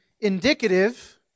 indicative